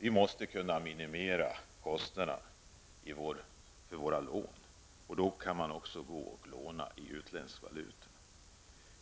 Vi måste kunna minimera kostnaderna för våra lån och då måste man också kunna låna utländsk valuta.